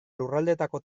lurraldeetako